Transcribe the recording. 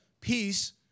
Peace